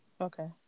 Okay